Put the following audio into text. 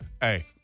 hey